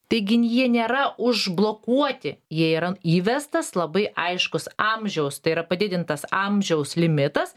taigi n jie nėra užblokuoti jie yra įvestas labai aiškus amžiaus tai yra padidintas amžiaus limitas